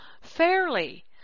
fairly